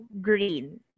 green